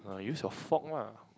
use your fork lah